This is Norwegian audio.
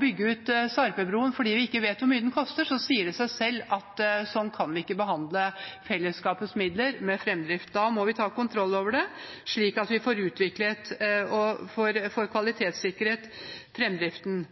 bygge ut Sarpebrua fordi vi ikke vet hvor mye den koster, sier det seg selv at sånn kan vi for fremdriftens skyld ikke behandle fellesskapets midler. Da må vi ta kontroll over det, slik at vi får utviklet og